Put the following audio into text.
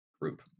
group